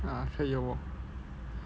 啊可以 orh